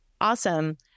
Awesome